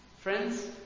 Friends